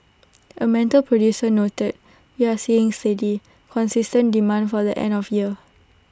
A metal producer noted we are seeing steady consistent demand for the end of year